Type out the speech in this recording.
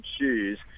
shoes